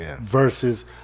versus